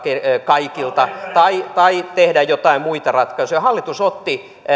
kaikilta tai tai tehdä muita ratkaisuja hallitus otti